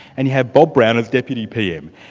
and you have bob brown as deputy pm.